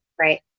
Right